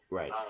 Right